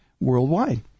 worldwide